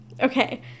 okay